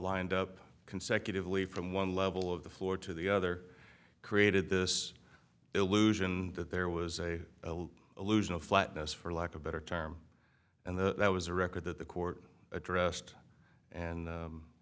lined up consecutively from one level of the floor to the other created this illusion that there was a illusion of flatness for lack of better term and that was a record that the court addressed and